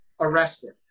arrested